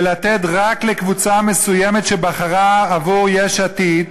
ולתת רק לקבוצה מסוימת שבחרה את יש עתיד,